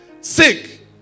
Sick